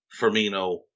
Firmino